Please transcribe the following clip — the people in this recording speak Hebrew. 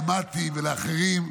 למטי ולאחרים,